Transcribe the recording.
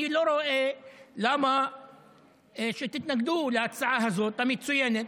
אני לא רואה למה שתתנגדו להצעה הזו, המצוינת.